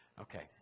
Okay